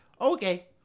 Okay